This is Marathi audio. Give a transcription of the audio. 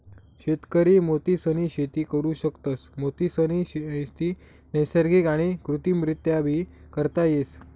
शेतकरी मोतीसनी शेती करु शकतस, मोतीसनी शेती नैसर्गिक आणि कृत्रिमरीत्याबी करता येस